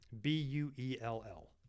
B-U-E-L-L